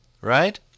Right